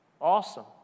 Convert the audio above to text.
Awesome